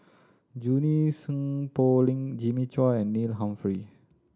Junie Sng Poh Leng Jimmy Chua and Neil Humphreys